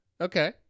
Okay